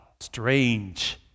strange